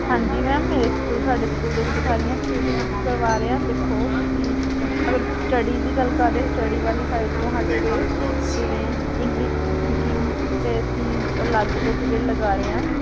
ਹਾਂਜੀ ਮੈਮ ਮੇਰੇ ਸਕੂਲ ਸਾਡੇ ਸਕੂਲ ਦੇ ਵਿੱਚ ਸਾਰੀਆਂ ਐਕਟੀਵਿਟੀਜ਼ ਅਸੀਂ ਕਰਵਾ ਰਹੇ ਹਾਂ ਦੇਖੋ ਤੁਸੀਂ ਅਗਰ ਤੁਸੀਂ ਸਟੱਡੀ ਦੀ ਗੱਲ ਕਰ ਰਹੇ ਹੋ ਸਟੱਡੀ ਵਾਲੀ ਸਾਈਡ ਤੋਂ ਹੱਟ ਕੇ ਜਿਵੇਂ ਇੰਗਲਿਸ਼ ਸਪੀਕਿੰਗ ਦੇ ਅਸੀਂ ਅਲੱਗ ਤੋਂ ਪੀਰੀਅਡ ਲਗਾ ਰਹੇ ਹਾਂ